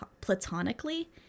platonically